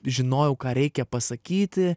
žinojau ką reikia pasakyti